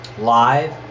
live